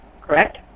correct